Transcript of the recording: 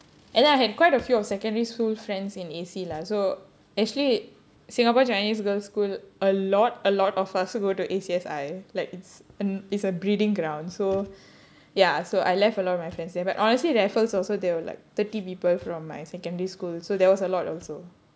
and then I had quite a few of secondary school friends in A_C lah so actually singapore chinese girl's school a lot a lot of us to go to A_C_S_I like it's n~ it's a breeding ground so ya so I left a lot of my friends there but honestly raffles also they were like thirty people from my secondary school so there was a lot also